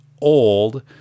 old